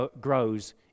grows